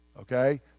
okay